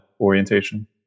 orientation